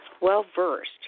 well-versed